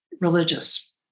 religious